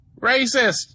Racist